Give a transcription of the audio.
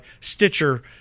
stitcher